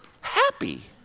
happy